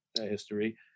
history